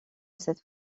cette